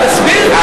תסביר.